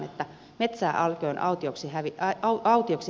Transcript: metsää älköön autioksi hävitettäkö